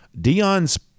Dion's